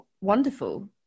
wonderful